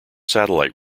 satellite